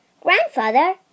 Grandfather